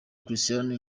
christian